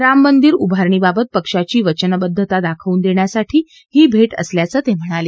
राममंदिर उभारणीबाबत पक्षाची वचनबद्धता दाखवून देण्यासाठी ही भेट असल्याचंही ते म्हणाले